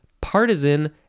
partisan